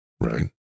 Right